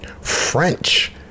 French